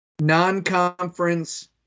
Non-conference